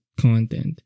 content